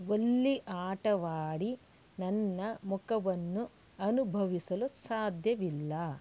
ವಲ್ಲಿ ಆಟವಾಡಿ ನನ್ನ ಮುಖವನ್ನು ಅನುಭವಿಸಲು ಸಾಧ್ಯವಿಲ್ಲ